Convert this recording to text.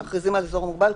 כשמכריזים על אזור מוגבל,